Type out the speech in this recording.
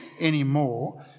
anymore